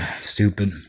stupid